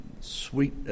Sweet